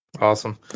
Awesome